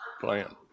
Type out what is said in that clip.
plan